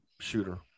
shooter